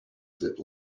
zip